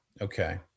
okay